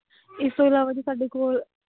ਇਸ ਤੋਂ ਇਲਾਵਾ ਜੀ ਸਾਡੇ ਕੋਲ